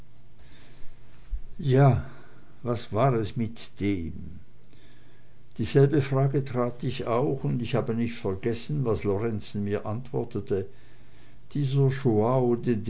ja was war es mit dem dieselbe frage tat ich auch und ich habe nicht vergessen was lorenzen mir antwortete dieser